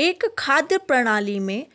एक खाद्य प्रणाली में